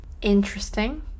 Interesting